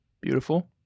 Beautiful